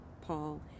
Paul